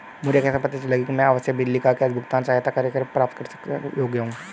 मुझे कैसे पता चलेगा कि मैं आवासीय बिजली या गैस भुगतान सहायता कार्यक्रम प्राप्त करने के योग्य हूँ?